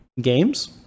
games